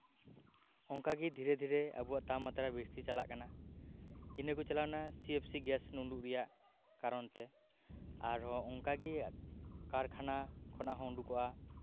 ᱚᱱᱟᱠᱟᱜᱮ ᱫᱷᱤᱨᱮ ᱫᱷᱤᱨᱮ ᱟᱵᱚᱣᱟᱜ ᱛᱟᱯᱢᱟᱛᱨᱟ ᱵᱮᱥᱤ ᱪᱟᱞᱟᱜ ᱠᱟᱱᱟ ᱤᱱᱟᱹᱠᱚ ᱪᱟᱞᱟᱣᱱᱟ ᱥᱤᱼᱮᱯᱷᱼᱥᱤ ᱜᱮᱥ ᱩᱰᱩᱠ ᱨᱮᱭᱟᱜ ᱠᱟᱨᱚᱱᱛᱮ ᱟᱨᱦᱚᱸ ᱚᱱᱠᱟᱜᱮ ᱠᱟᱨᱠᱷᱟᱱᱟ ᱠᱷᱚᱱᱟᱜ ᱦᱚ ᱩᱰᱩᱠᱚᱜ ᱟ